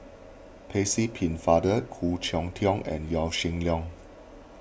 Percy Pennefather Khoo Cheng Tiong and Yaw Shin Leong